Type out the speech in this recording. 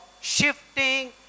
shifting